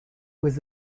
was